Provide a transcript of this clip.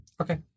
Okay